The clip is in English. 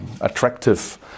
attractive